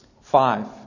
Five